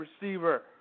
receiver